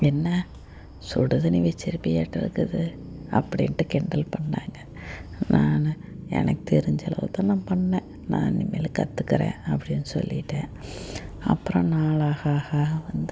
என்ன சுடுதண்ணி வச்சுருக்கியாட்ருக்குது அப்படின்ட்டு கிண்டல் பண்ணிணாங்க நான் எனக்கு தெரிஞ்சளவுக்குதான் நான் பண்ணிணேன் நான் இனிமேல் கற்றுக்கறேன் அப்படின் சொல்லிவிட்டேன் அப்புறம் நாள் ஆக ஆக ஆக வந்து